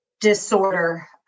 disorder